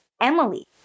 Emily